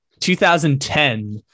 2010